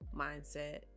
mindset